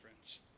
friends